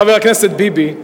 חבר הכנסת ביבי,